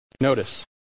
Notice